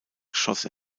schoss